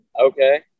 okay